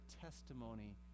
testimony